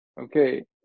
Okay